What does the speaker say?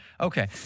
Okay